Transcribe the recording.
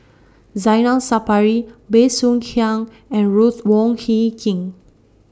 Zainal Sapari Bey Soo Khiang and Ruth Wong Hie King